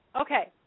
Okay